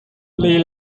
lee